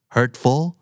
Hurtful